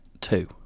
two